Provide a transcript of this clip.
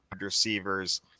receivers